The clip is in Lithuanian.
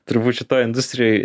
turbūt šitoj industrijoj